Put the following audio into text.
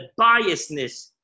biasness